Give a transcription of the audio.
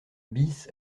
bis